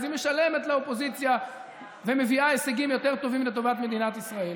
אז היא משלמת לאופוזיציה ומביאה הישגים יותר טובים לטובת מדינת ישראל.